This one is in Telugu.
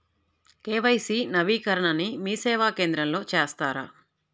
కే.వై.సి నవీకరణని మీసేవా కేంద్రం లో చేస్తారా?